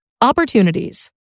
Opportunities